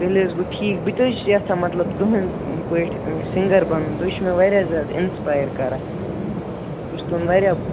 تیٚلہِ حظ گوٚو ٹھیٖک بہٕ تہِ حظ چھُس یَژھان مطلب تُہٕنٛدۍ پٲٹھۍ سِنٛگر بَنُن تُہۍ چھُو مےٚ وارِیاہ زیادٕ اِنسپایر کَران